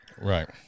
right